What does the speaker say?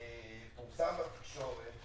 פורסם בתקשורת